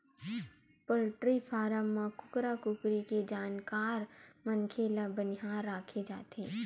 poultry farm म कुकरा कुकरी के जानकार मनखे ल बनिहार राखे जाथे